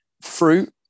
fruit